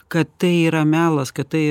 kad tai yra melas kad tai